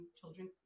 children